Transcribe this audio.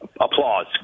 Applause